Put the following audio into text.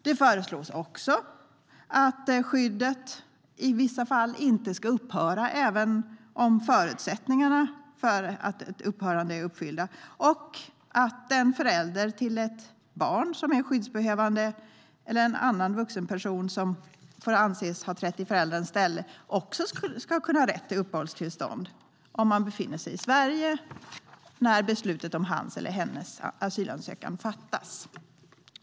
Det föreslås att skyddet i vissa fall inte ska upphöra även om förutsättningarna för ett upphörande är uppfyllda, och det föreslås att en förälder till ett barn som är skyddsbehövande eller en annan vuxen person som får anses ha trätt i förälderns ställe också ska ha rätt till uppehållstillstånd om han eller hon befinner sig i Sverige när beslutet om hans eller hennes asylansökan fattas.